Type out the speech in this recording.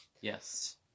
yes